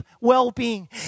well-being